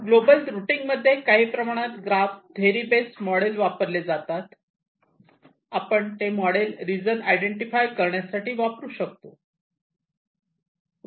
global routing मध्ये काही प्रमाणात ग्राफ थेरी बेस मॉडेल वापरले जातात आपण ते मॉडेल रिजन आयडेंटिफाय करण्यासाठी वापरू शकतो